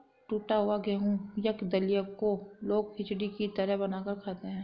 टुटा हुआ गेहूं या दलिया को लोग खिचड़ी की तरह बनाकर खाते है